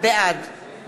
בעד